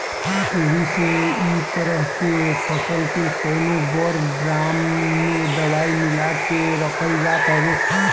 एही से इ तरह के फसल के कवनो बड़ ड्राम में दवाई मिला के रखल जात हवे